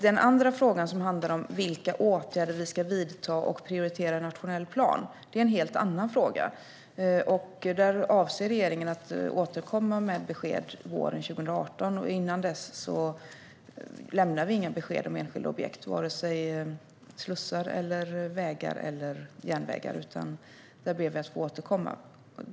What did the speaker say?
Den andra frågan handlar om vilka åtgärder som vi ska vidta och prioritera i nationell plan. Det är en helt annan fråga. Där avser regeringen att återkomma med besked våren 2018. Innan dess lämnar vi inga besked om enskilda objekt, vare sig när det gäller slussar, vägar eller järnvägar. Där ber vi att få återkomma.